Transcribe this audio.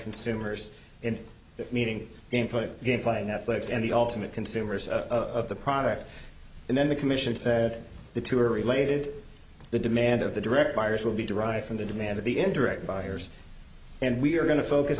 consumers and meeting and put gameplay netflix and the ultimate consumers of the product and then the commission said the two are related the demand of the direct buyers will be derived from the demand of the indirect buyers and we're going to focus